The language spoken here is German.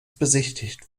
besichtigt